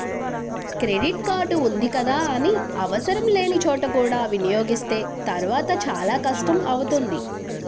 credit card ఉంది కదా అని ఆవసరం లేని చోట కూడా వినియోగిస్తే తర్వాత చాలా కష్టం అవుతుంది